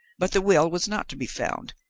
but the will was not to be found,